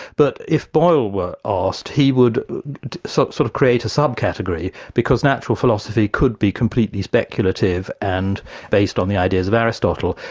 but if boyle were asked, he would sort sort of create a sub-category, because natural philosophy could be completely speculative and based on the idea of aristotle,